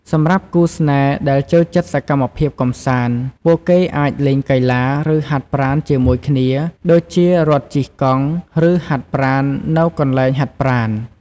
សម្រាប់គូស្នេហ៍ដែលចូលចិត្តសកម្មភាពកំសាន្ត ពួកគេអាច លេងកីឡា ឬហាត់ប្រាណ ជាមួយគ្នា ដូចជា រត់ ជិះកង់ ឬហាត់ប្រាណនៅកន្លែងហាត់ប្រាណ។